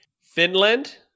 Finland